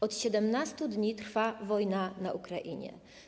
Od 17 dni trwa wojna na Ukrainie.